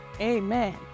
amen